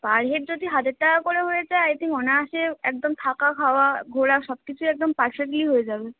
পার head যদি হাজার টাকা করে হয়ে যায় আই থিঙ্ক অনায়াসে একদম থাকা খাওয়া ঘোরা সব কিছুই একদম পারফেক্টলি হয়ে যাবে